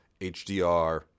hdr